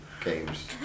Games